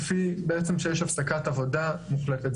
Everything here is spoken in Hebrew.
לפני בעצם שיש הפסקת עבודה מוחלטת,